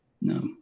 no